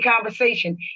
conversation